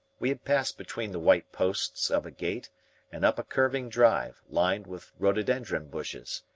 we had passed between the white posts of a gate and up a curving drive, lined with rhododendron bushes.